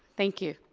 thank you.